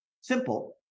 simple